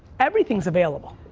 everything's available.